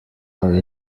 are